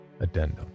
Addendum